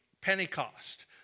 Pentecost